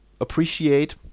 appreciate